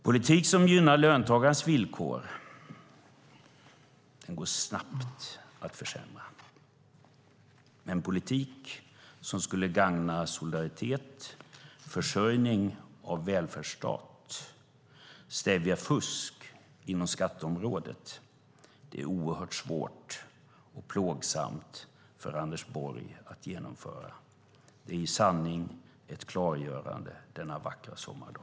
Politik som gynnar löntagares villkor går snabbt att försämra. Den politik som skulle gagna solidaritet, försörjning och välfärdsstat samt stävja fusk inom skatteområdet är oerhört svår och plågsam för Anders Borg att genomföra. Det är i sanning ett klargörande denna vackra sommardag.